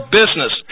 business